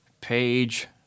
page